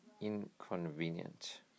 inconvenient